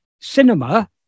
cinema